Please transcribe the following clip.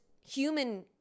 human